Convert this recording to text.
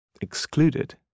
excluded